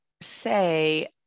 say